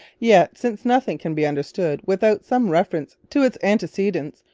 yet, since nothing can be understood without some reference to its antecedents,